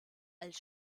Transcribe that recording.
als